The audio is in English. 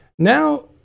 Now